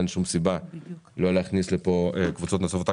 אין שום סיבה לא להכניס לפה קבוצות נוספות.